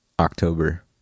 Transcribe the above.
october